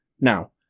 Now